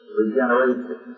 regeneration